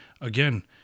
again